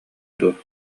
дуо